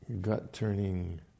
gut-turning